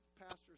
pastors